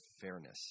fairness